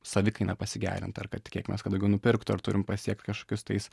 savikainą pasigerint ar kad tikėkimės kad daugiau nupirktų ar turim pasiekt kažkokius tais